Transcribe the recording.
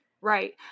Right